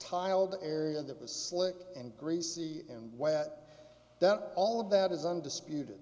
tiled area that was slick and greasy and wet that all of that is undisputed